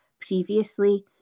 previously